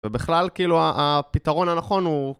ובכלל, כאילו, הפתרון הנכון הוא...